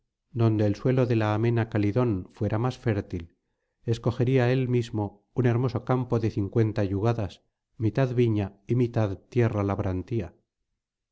donde el suelo de la amena calidón fuera más fértil escogería él mismo un hermoso campo de cincuenta yugadas mitad viña y mitad tierra labrantía